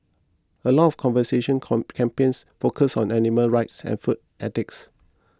a lot of conservation come campaigns focus on animal rights and food ethics